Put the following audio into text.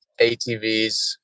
ATVs